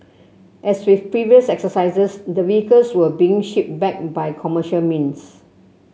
as with previous exercises the vehicles were being shipped back by commercial means